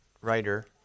writer